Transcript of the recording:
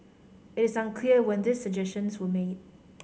it is unclear when these suggestions were made